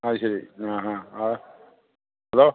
ആ ശരി ആ ആ ആ ഹലോ